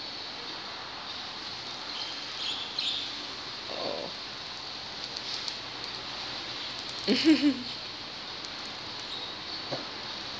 oh